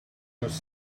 just